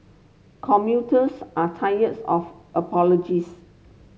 commuters are tires of apologies